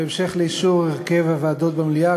בהמשך לאישור הרכב הוועדות במליאה,